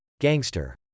gangster